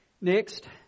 Next